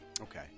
Okay